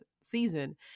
season